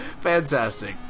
fantastic